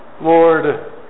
Lord